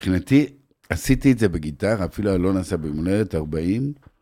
מבחינתי עשיתי את זה בגיטרה, אפילו אני לא נעשה במונדת 40.